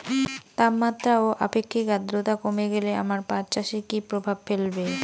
তাপমাত্রা ও আপেক্ষিক আদ্রর্তা কমে গেলে আমার পাট চাষে কী প্রভাব ফেলবে?